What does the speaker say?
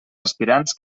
aspirants